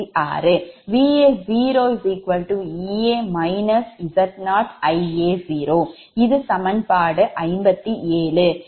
மேலும் Va2 Ea Z2Ia2இது சமன்பாடு 56